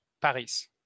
Paris